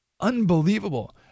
Unbelievable